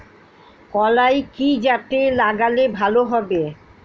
কলাই কি জাতে লাগালে ভালো হবে?